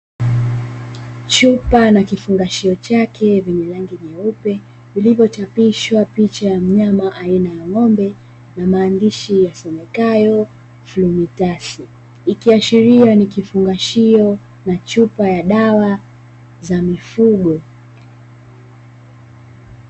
Chupa na kifungashio chake vyenye rangi nyeupe, vilivyochapishwa picha ya mnyama aina ya ng'ombe, na maandishi yasomekayo "Flumitas", ikiashiria ni kifungashio na chupa ya dawa za mifugo.